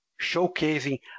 showcasing